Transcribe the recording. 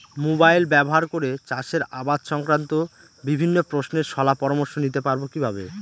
Mobile ব্যাবহার করে চাষের আবাদ সংক্রান্ত বিভিন্ন প্রশ্নের শলা পরামর্শ নিতে পারবো কিভাবে?